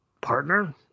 partner